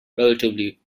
relatively